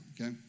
okay